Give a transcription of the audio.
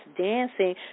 dancing